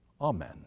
amen